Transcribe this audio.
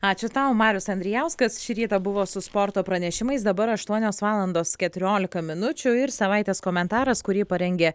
ačiū tau marius andrijauskas šį rytą buvo su sporto pranešimais dabar aštuonios valandos keturiolika minučių ir savaitės komentaras kurį parengė